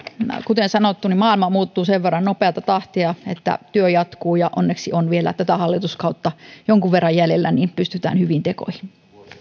kuten sanottu maailma muuttuu sen verran nopeata tahtia että työ jatkuu ja onneksi on vielä tätä hallituskautta jonkun veran jäljellä niin että pystytään hyviin tekoihin